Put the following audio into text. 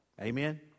Amen